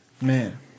man